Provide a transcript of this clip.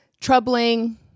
troubling